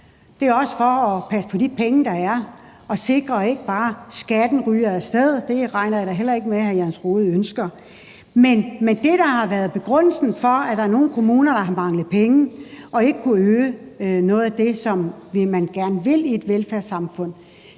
det er også for at passe på de penge, der er, og sikre, at skatten ikke bare ryger af sted, og det regner jeg da heller ikke med at hr. Jens Rohde ønsker. Men det, der har været begrundelsen for, at der er nogle kommuner, der har manglet penge og ikke har kunnet øge noget af det, som man gerne vil i et velfærdssamfund,